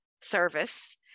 service